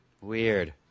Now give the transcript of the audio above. Weird